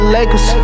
Lakers